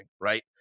right